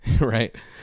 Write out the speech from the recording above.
right